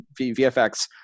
VFX